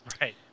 Right